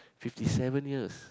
fifty seven years